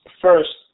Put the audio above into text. First